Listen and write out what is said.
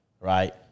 right